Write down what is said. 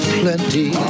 plenty